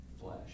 flesh